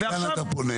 ומכאן אתה פונה?